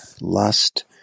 lust